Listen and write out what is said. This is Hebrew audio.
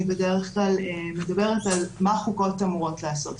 בדרך כלל מדברת על מה חוקות אמורות לעשות,